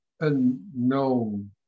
unknown